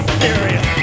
serious